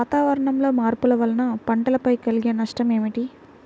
వాతావరణంలో మార్పుల వలన పంటలపై కలిగే నష్టం ఏమిటీ?